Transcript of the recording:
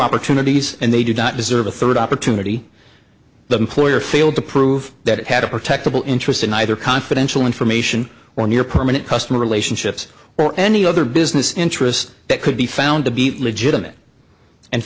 opportunities and they did not deserve a third opportunity the employer failed to prove that it had to protect the interest in either confidential information when your permanent customer relationships or any other business interest that could be found to be legitimate and